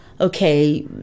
okay